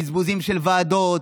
בזבוזים על ועדות,